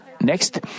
Next